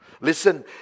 Listen